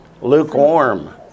Lukewarm